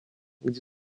где